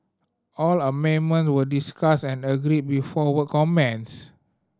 all amendment were discussed and agreed before work commenced